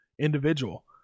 individual